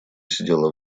сидела